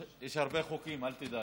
יש עוד הרבה חוקים, אל תדאג.